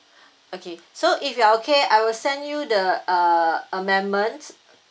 okay so if you're okay I will send you the uh amendment